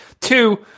Two